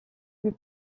plus